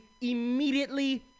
immediately